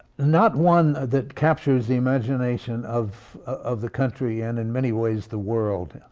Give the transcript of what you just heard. not one that captures the imagination of of the country and in many ways the world.